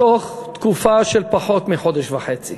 בתוך תקופה של פחות מחודש וחצי?